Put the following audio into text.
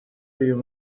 uyu